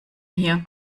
hier